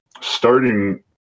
starting